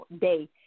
day